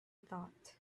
thought